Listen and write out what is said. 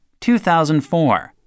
2004